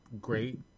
great